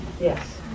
Yes